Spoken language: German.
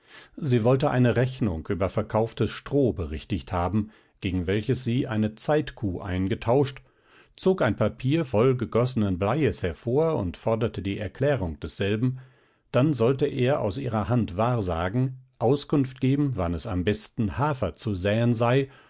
sie wollte eine rechnung über verkauftes stroh berichtigt haben gegen welches sie eine zeitkuh eingetauscht zog ein papier voll gegossenen bleies hervor und forderte die erklärung desselben dann sollte er aus ihrer hand wahrsagen auskunft geben wann es am besten hafer zu säen sei